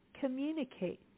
communicate